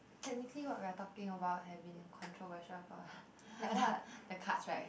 technically what we are talking about have been controversial for the the cards right